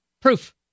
Proof